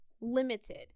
limited